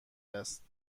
است